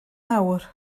awr